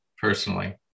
personally